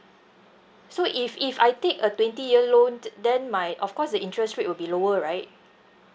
so if if I take a twenty year loan then my of course the interest rate will be lower right